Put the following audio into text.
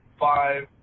five